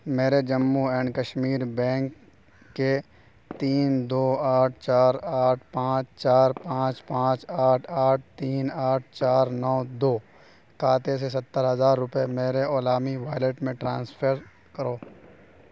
میرے Jammu and Kashmir bank کے تین دو آٹھ چار آٹھ پانچ چار پانچ پانچ آٹھ آٹھ تین آٹھ چار نو دو کھاتے سے ستر ہزار روپے میرے اولا منی والیٹ میں ٹرانسفر کرو